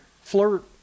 Flirt